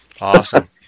Awesome